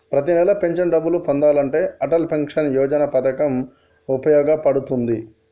ప్రతి నెలా పెన్షన్ డబ్బులు పొందాలంటే అటల్ పెన్షన్ యోజన పథకం వుపయోగ పడుతుంది